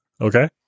Okay